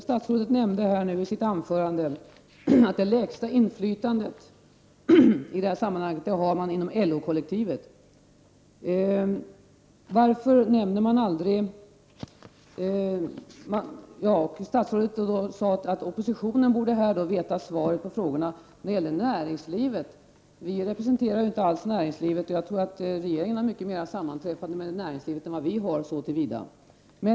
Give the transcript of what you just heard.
Statsrådet nämnde i sitt anförande att kvinnor inom LO-kollektivet i det här sammanhanget har det lägsta inflytandet. Statsrådet sade att oppositionen borde vetat svaret på frågorna när det gällde näringslivet. Vi representerar ju inte alls näringslivet. Jag tror att regeringen har många fler sammanträffanden med näringslivet än vad vi har.